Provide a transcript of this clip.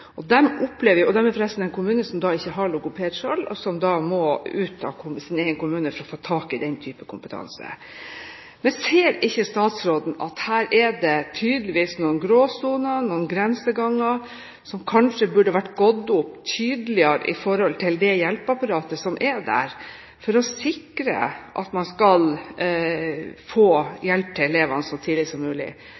ikke logoped selv og må ut av sin egen kommune for å få tak i den typen kompetanse. Ser ikke statsråden at her er det tydeligvis noen gråsoner, noen grenseganger som kanskje burde vært gått opp tydeligere med tanke på det hjelpeapparatet som er der for å sikre at man skal få